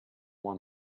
one